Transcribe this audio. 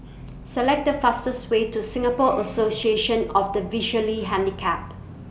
Select The fastest Way to Singapore Association of The Visually Handicapped